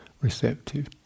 receptive